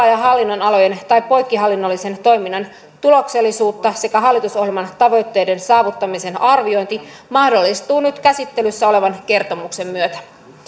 ja hallinnonalojen tai poikkihallinnollisen toiminnan tuloksellisuuden sekä hallitusohjelman tavoitteiden saavuttamisen arviointi mahdollistuu nyt käsittelyssä olevan kertomuksen myötä